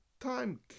time